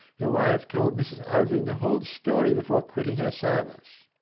your wife told mrs. alving the whole story before quitting her service.